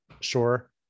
sure